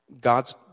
God's